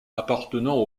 appartenant